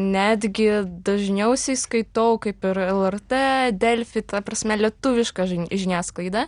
netgi dažniausiai skaitau kaip ir lrt delfi ta prasme lietuvišką žiniasklaidą